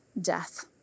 death